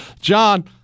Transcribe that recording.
John